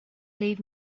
leave